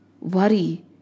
worry